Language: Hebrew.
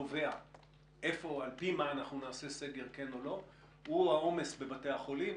קובע האם נעשה סגר כן או לא - הוא העומס בבתי החולים,